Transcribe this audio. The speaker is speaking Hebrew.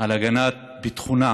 על הגנת ביטחונה